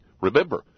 Remember